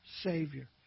Savior